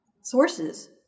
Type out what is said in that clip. sources